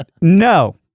No